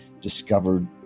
discovered